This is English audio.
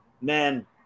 man